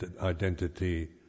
identity